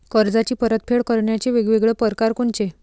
कर्जाची परतफेड करण्याचे वेगवेगळ परकार कोनचे?